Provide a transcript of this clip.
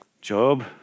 Job